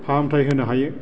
फाहामथाय होनो हायो